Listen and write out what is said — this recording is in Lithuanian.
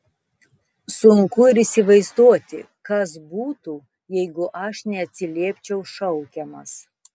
sunku ir įsivaizduoti kas būtų jeigu aš neatsiliepčiau šaukiamas